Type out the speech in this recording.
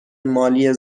مالی